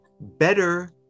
better